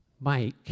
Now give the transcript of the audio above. Mike